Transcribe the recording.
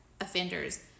offenders